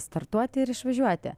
startuoti ir išvažiuoti